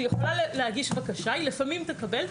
היא יכולה להגיש בקשה, היא לפעמים תקבל.